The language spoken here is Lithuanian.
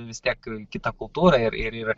vis tiek kita kultūra ir ir ir